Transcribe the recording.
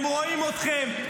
הם רואים אתכם,